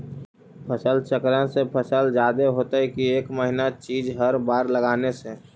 फसल चक्रन से फसल जादे होतै कि एक महिना चिज़ हर बार लगाने से?